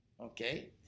Okay